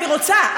אני רוצה,